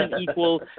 equal